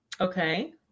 Okay